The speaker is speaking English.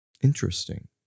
Interesting